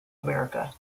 america